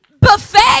buffet